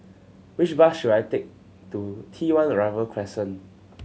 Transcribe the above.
which bus should I take to T One Arrival Crescent